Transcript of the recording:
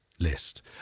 List